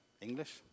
English